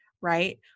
right